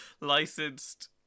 licensed